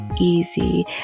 easy